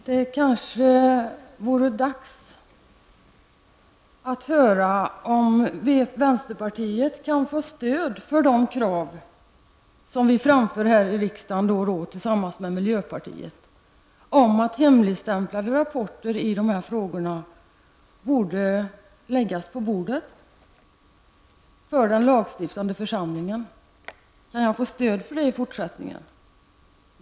Herr talman! Det kanske vore dags att höra efter om vänsterpartiet kan få stöd för det krav som vi framför här i riksdagen då och då tillsammans med miljöpartiet, att hemligstämplade rapporter i dessa frågor borde läggas på den lagstiftande församlingens bord. Kan jag få stöd för det i fortsättningen?